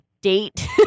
date